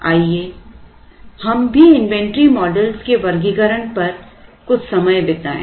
आइए हम भी इन्वेंट्री मॉडल के वर्गीकरण पर कुछ समय बिताएं